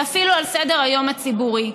ואפילו על סדר-היום הציבורי.